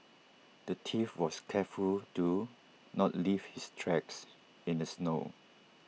the thief was careful to not leave his tracks in the snow